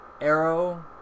Arrow